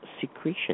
secretion